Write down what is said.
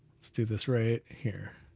let's do this right here.